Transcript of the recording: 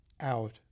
out